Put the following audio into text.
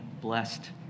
blessed